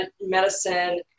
medicine